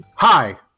Hi